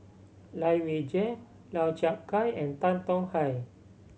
Lai Weijie Lau Chiap Khai and Tan Tong Hye